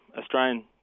Australian